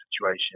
situation